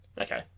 Okay